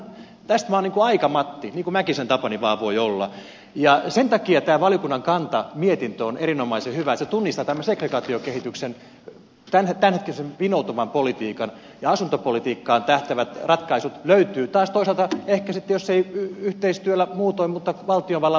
tästä minä olen aika matti niin kuin mäkisen tapani vaan voi olla ja sen takia tämä valiokunnan kanta mietintö on erinomaisen hyvä että se tunnistaa tämän segregaatiokehityksen tämänhetkisen vinoutumapolitiikan ja asuntopolitiikkaan tähtäävät ratkaisut löytyvät taas toisaalta ehkä sitten jos ei yhteistyöllä muutoin niin valtiovallan pakottamisella